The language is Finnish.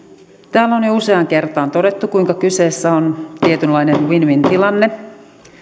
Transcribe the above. täällä on jo useaan kertaan todettu kuinka kyseessä on tietynlainen win win tilanne